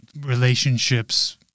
relationships